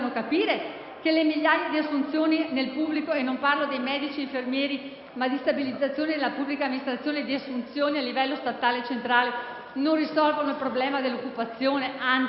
che le migliaia di assunzioni nel pubblico - e non parlo di medici e infermieri, ma di stabilizzazione nella pubblica amministrazione e di assunzioni a livello statale centrale - non risolvono il problema dell'occupazione, ma anzi?